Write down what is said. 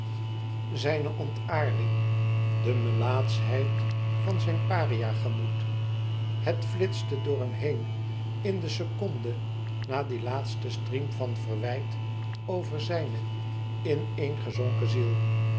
zijne ontaarding de melaatschheid van zijn paria gemoed het flitste door hem heen in de seconde na dien laatsten striem van verwijt over zijne ineengezonken ziel